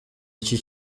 iki